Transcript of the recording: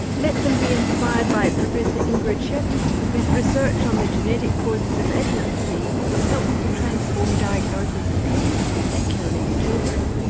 let them be inspired by professor ingrid scheffer, whose research on the genetic causes of epilepsy is helping to transform diagnosis and treatment, particularly for children.